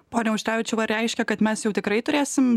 pone auštrevičiau ar reiškia kad mes jau tikrai turėsim